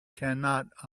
cannot